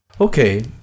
Okay